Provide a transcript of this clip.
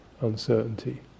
uncertainty